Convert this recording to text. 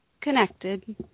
connected